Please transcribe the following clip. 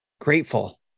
grateful